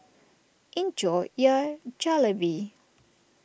enjoy your Jalebi